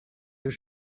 your